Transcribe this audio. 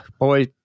Boy